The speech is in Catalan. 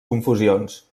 confusions